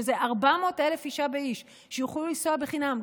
שזה 400,000 אישה ואיש שיוכלו לנסוע חינם,